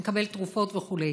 מקבל תרופות וכו'.